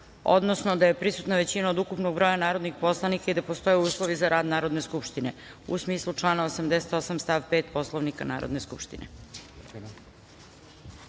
odnosno da je prisutna većina od ukupnog broja narodnih poslanika i da postoje uslovi za rad Narodne skupštine, u smislu člana 88. stav 5. Poslovnika Narodne skupštine. Pošto